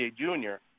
Junior